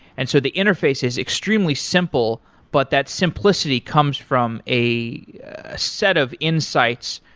and so the interface is extremely simple, but that simplicity comes from a set of insights,